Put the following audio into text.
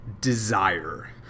desire